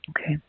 Okay